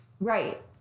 right